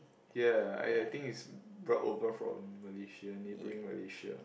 here !aiya! I think is brought over from Malaysia neighboring Malaysia